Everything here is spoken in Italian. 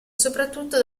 soprattutto